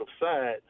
side